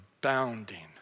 abounding